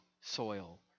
soil